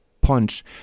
punch